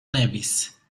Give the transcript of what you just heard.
nevis